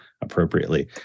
Appropriately